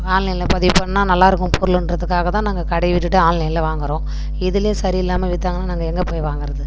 ஆன்லைன்ல பதிவு பண்ணால் நல்லா இருக்கும் பொருளுன்றத்துக்காக தான் நாங்கள் கடையை விட்டுட்டு ஆன்லைன்ல வாங்குகிறோம் இதுலேயும் சரி இல்லாமல் வித்தாங்கன்னால் நாங்கள் எங்கள் போய் வாங்குகிறது